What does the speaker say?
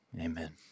amen